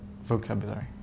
vocabulary